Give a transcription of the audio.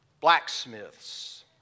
blacksmiths